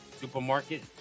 Supermarket